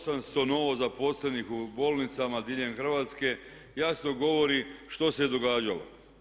800 novozaposlenih u bolnicama diljem Hrvatske jasno govori što se događalo.